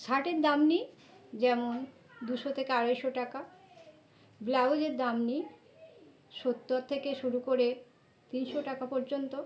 শার্টের দাম নিই যেমন দুশো থেকে আড়াইশো টাকা ব্লাউজের দাম নিই সত্তর থেকে শুরু করে তিনশো টাকা পর্যন্ত